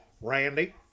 Randy